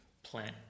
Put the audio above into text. plant